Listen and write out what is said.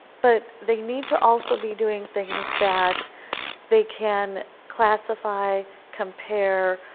but they need to also be doing things that they can classify, compare,